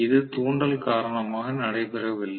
இது தூண்டல் காரணமாக நடைபெறவில்லை